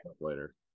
later